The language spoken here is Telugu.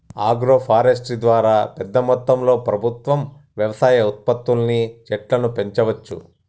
ఆగ్రో ఫారెస్ట్రీ ద్వారా పెద్ద మొత్తంలో ప్రభుత్వం వ్యవసాయ ఉత్పత్తుల్ని చెట్లను పెంచవచ్చు